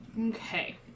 Okay